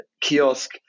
kiosk